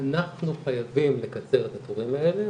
אנחנו חייבים לקצר את התורים האלה.